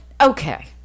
okay